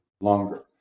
longer